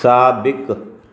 साबिक़ु